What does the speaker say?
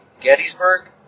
Gettysburg